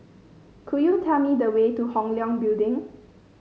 could you tell me the way to Hong Leong Building